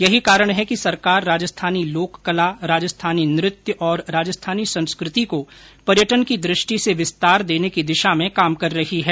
यही कारण है कि सरकार राजस्थानी लोक कला राजस्थानी नृत्य और राजस्थानी संस्कृति को पर्यटन की दृष्टि से विस्तार देने की दिशा में काम कर रही है